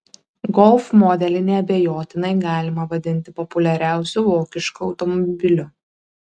golf modelį neabejotinai galima vadinti populiariausiu vokišku automobiliu